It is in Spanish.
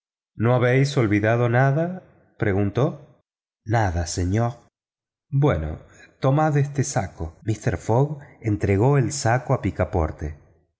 no habéis olvidado nada preguntó nada señor bueno tomad este saco míster fogg entregó el saco a picaporte